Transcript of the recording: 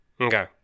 Okay